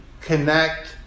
connect